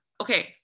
Okay